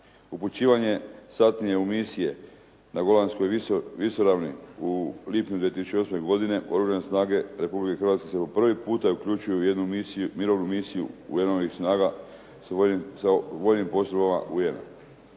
Upućivanje satnije u misije na Golanskoj visoravni u lipnju 2008. godine Oružane snage Republike Hrvatske se po prvi puta uključuju u jednu mirovnu misiju UN-ovih snaga sa vojnim postrojbama UN-a.